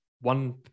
one